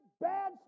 bad